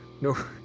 No